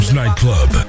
nightclub